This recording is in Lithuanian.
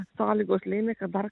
sąlygos lėmė kad dar